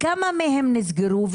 כמה מהם נסגרו?